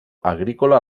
agrícola